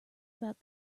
about